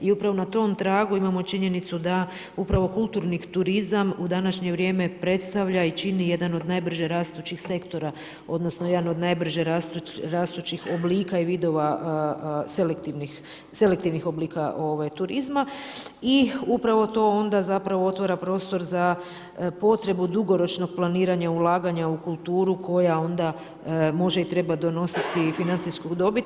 I upravo na tom tragu imamo činjenicu da upravo kulturni turizam u današnje vrijeme predstavlja i čini jedan od najbrže rastućih sektora, odnosno jedan od najbrže rastućih oblika i vidova selektivnih oblika turizma i upravo to onda zapravo, otvara prostor za potrebu dugoročnog planiranja ulaganja u kulturu koja onda može i treba donositi financijsku dobit.